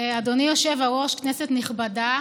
אדוני היושב-ראש, כנסת נכבדה,